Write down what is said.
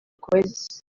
coisas